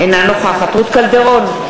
אינה נוכחת רות קלדרון,